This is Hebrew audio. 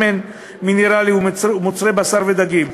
שמן מינרלי ומוצרי בשר ודגים.